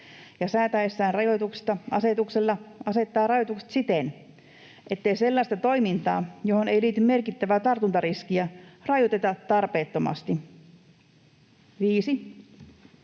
säätäessään rajoituksista asetuksella asettaa rajoitukset siten, ettei sellaista toimintaa, johon ei liity merkittävää tartuntariskiä, rajoiteta tarpeettomasti. 5.